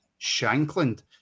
Shankland